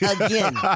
again